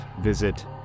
visit